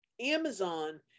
Amazon